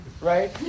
right